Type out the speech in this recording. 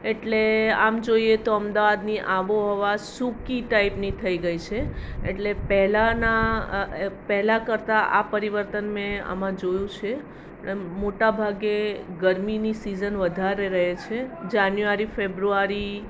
એટલે આમ જોઈએ તો અમદાવાદની આબોહવા સૂકી ટાઈપની થઈ ગઈ છે એટલે પહેલાંના પહેલાં કરતાં આ પરિવર્તન મેં આમાં જોયું છે એમ મોટા ભાગે ગરમીની સિજન વધારે રહે છે જાન્યુઆરી ફેબ્રુઆરી